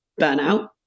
burnout